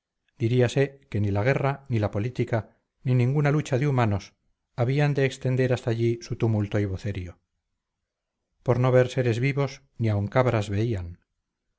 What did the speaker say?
afanes diríase que ni la guerra ni la política ni ninguna lucha de humanos habían de extender hasta allí su tumulto y vocerío por no ver seres vivos ni aun cabras veían